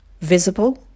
visible